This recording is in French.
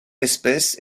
espèce